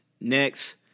next